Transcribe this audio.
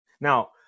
Now